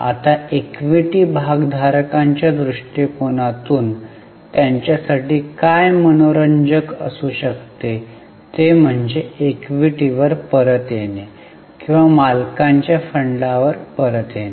आता इक्विटी भागधारकांच्या दृष्टिकोनातून त्यांच्यासाठी काय मनोरंजक असू शकते ते म्हणजे इक्विटीवर परत येणे किंवा मालकाच्या फंडावर परत येणे